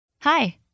Hi